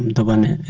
to one